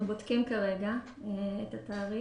אנחנו בודקים כרגע את התאריך,